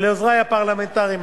לעוזרי הפרלמנטריים,